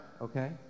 okay